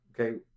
Okay